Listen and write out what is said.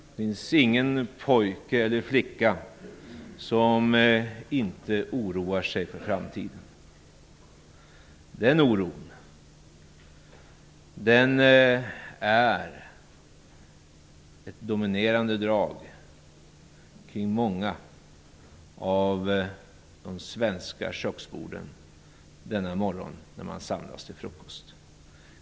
Det finns ingen pojke eller flicka som inte oroar sig för framtiden. Den oron är ett dominerande drag kring många av de svenska köksborden denna morgon när man samlas till frukost.